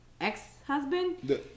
ex-husband